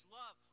love